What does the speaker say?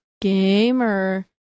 gamer